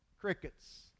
Crickets